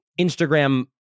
Instagram